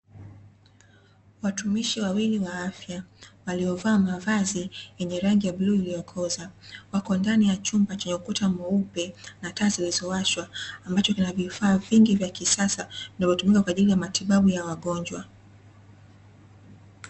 Watumishi wawili wa afya waliovaa mavazi yenye rangi ya blue iliyokoza, wako ndani ya chumba chenye ukuta mweupe na taa zilizowashwa, ambacho kina vifaa vingi vya kisasa vinavotumika kwaajili ya matibabu ya wagonjwa.